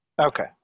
Okay